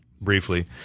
Briefly